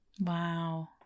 Wow